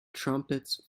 trumpets